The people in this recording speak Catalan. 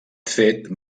fet